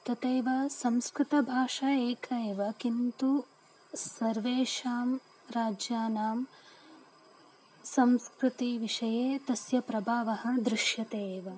तथैव संस्कृतभाषा एका एव किन्तु सर्वेषां राज्यानां संस्कृतिविषये तस्य प्रभावः दृश्यते एव